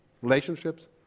Relationships